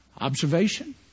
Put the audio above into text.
Observation